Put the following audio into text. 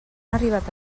arribat